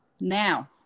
now